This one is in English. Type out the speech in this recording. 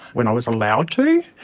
when i was allowed to.